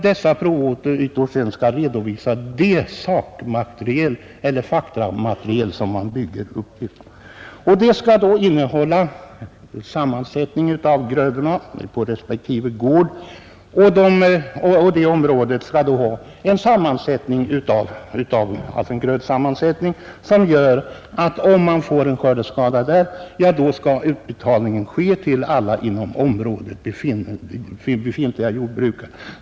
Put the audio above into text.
Där skall redovisas det faktamaterial som man bygger uppgifterna på. Detta skall innehålla sammansättningen av grödorna på respektive gård, och om man får en skördeskada skall utbetalning göras till alla inom området befintliga jordbrukare.